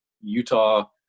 Utah